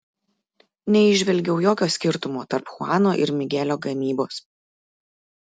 neįžvelgiau jokio skirtumo tarp chuano ir migelio gamybos